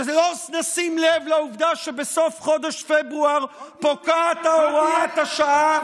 שלא נשים לב לעובדה שבסוף חודש פברואר פוקעת הוראת השעה,